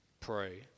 pray